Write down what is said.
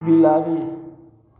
बिलाड़ि